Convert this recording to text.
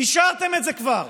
אישרתם את זה כבר,